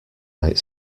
night